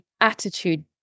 attitude